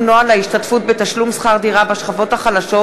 נוהל ההשתתפות בתשלום שכר דירה בשכבות החלשות.